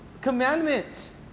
commandments